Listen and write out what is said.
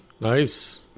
Nice